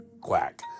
quack